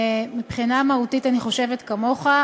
מבחינה מהותית אני חושבת כמוך,